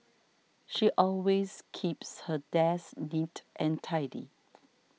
she always keeps her desk neat and tidy